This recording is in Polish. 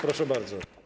Proszę bardzo.